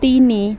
ତିନି